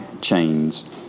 chains